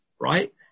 right